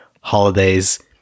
holidays